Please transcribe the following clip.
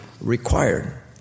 required